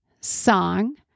song